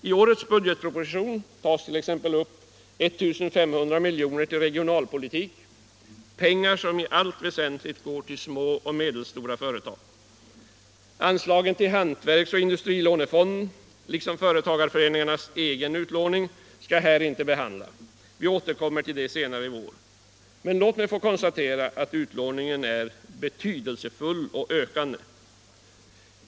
I årets budgetproposition tas t.ex. upp 1 500 miljoner till regionalpolitik, pengar som i allt väsentligt går till små och medelstora företag. Anslagen till hantverksoch industrilånefonden liksom företagarföreningarnas egen utlåning skall jag inte här behandla. Vi återkommer till detta senare i vår. Men låt mig konstatera att utlåningen är betydelsefull och ökande.